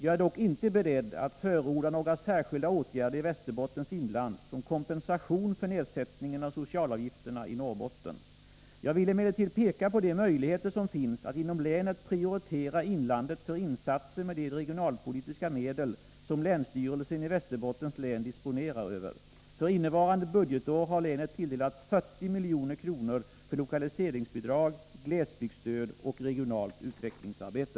Jag är dock inte beredd att förorda några särskilda åtgärder i Västerbottens inland som kompensation för nedsättningen av socialavgifterna i Norrbotten. Jag vill emellertid peka på de möjligheter som finns att inom länet prioritera inlandet för insatser med de regionalpolitiska medel som länsstyrelsen i Västerbottens län disponerar över. För innevarande budgetår har länet tilldelats 40 milj.kr. för lokaliseringsbidrag, glesbygdsstöd och regionalt utvecklingsarbete.